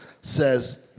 says